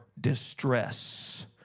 distress